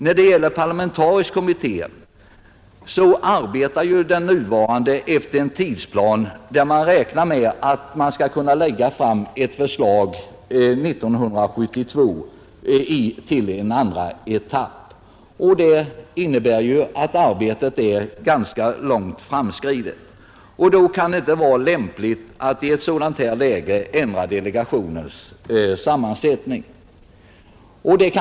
Vad en parlamentarisk kommitté beträffar så arbetar ju den nuvarande utredningen efter en tidplan som innebär att man räknar med att 1972 kunna lägga fram ett förslag till en andra etapp. Arbetet är alltså ganska långt framskridet, och det kan inte vara lämpligt att i ett sådant läge ändra delegationens sammansättning.